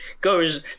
goes